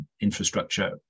infrastructure